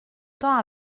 temps